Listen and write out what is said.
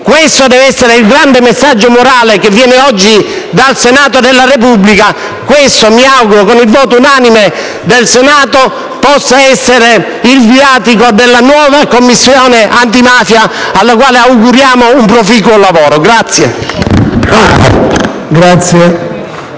Questo deve essere il grande messaggio morale che viene oggi dal Senato della Repubblica; questo mi auguro possa essere, con il voto unanime del Senato, il viatico della nuova Commissione antimafia, alla quale auguriamo un proficuo lavoro.